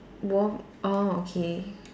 warm orh okay